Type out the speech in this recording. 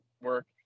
work